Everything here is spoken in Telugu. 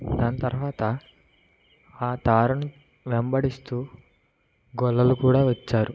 దాని తరువాత ఆ తారను వెంబడిస్తూ గొల్లలు కూడా వచ్చారు